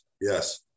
Yes